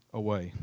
away